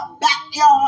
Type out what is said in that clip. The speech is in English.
backyard